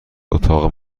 اتاق